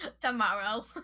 Tomorrow